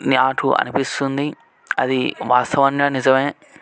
నాకు అనిపిస్తుంది అది వాస్తవంగా నిజమే